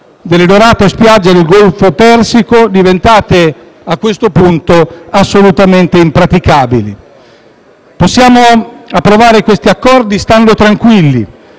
delle dorate spiagge del Golfo Persico, diventate a questo punto assolutamente impraticabili. Possiamo approvare questi accordi stando tranquilli,